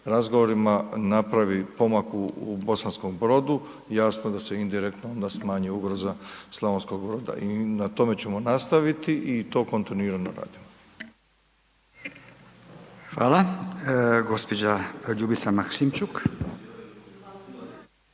razgovorima napravi pomak u Bosanskom Brodu, jasno da se indirektno onda smanji ugroza Slavonskog Broda i na tome ćemo nastaviti i to kontinuirano radimo. **Radin, Furio